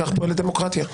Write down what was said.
כך פועלת דמוקרטיה.